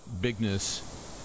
bigness